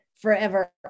forever